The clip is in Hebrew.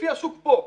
לפי השוק פה.